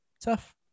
tough